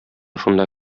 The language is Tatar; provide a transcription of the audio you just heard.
шунда